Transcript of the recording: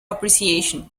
appreciation